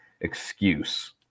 excuse